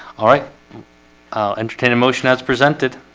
all right i'll entertain a motion as presented.